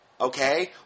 Okay